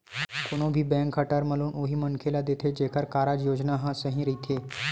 कोनो भी बेंक ह टर्म लोन उही मनखे ल देथे जेखर कारज योजना ह सही रहिथे